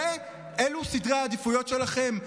אלו סדרי העדיפויות שלכם?